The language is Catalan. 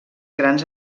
grans